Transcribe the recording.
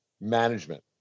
management